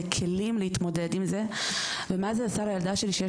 הכלים להתמודד עם זה ומה זה עשה לילדה שלי אשר